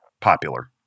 popular